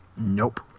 Nope